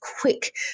quick